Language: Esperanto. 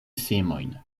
semojn